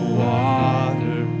water